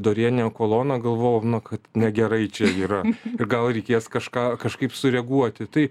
dorėninę koloną galvojau kad negerai čia yra gal reikės kažką kažkaip sureaguoti tai